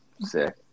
Sick